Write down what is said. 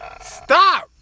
Stop